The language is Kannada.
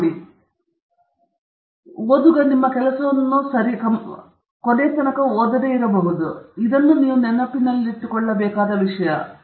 ಆದ್ದರಿಂದ ರೀಡರ್ ನಿಮ್ಮ ಕೆಲಸವನ್ನು ಓದುವುದಿಲ್ಲ ಎಂದು ನೀವು ನೆನಪಿಟ್ಟುಕೊಳ್ಳಬೇಕಾದ ವಿಷಯ ಇದೇ